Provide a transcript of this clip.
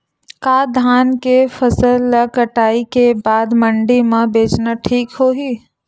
का धान के फसल ल कटाई के बाद मंडी म बेचना ठीक होही?